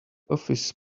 office